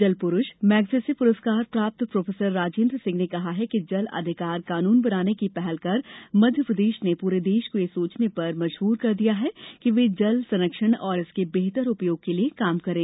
जल पुरुष मेगसेसे पुरस्कार प्राप्त प्रो राजेन्द्र सिंह ने कहा कि जल अधिकार कानून बनाने की पहल कर मप्र ने पूरे देश को यह सोचने पर मजबूर किया है कि वे जल संरक्षण और इसके बेहतर उपयोग के लिए काम करें